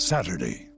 Saturday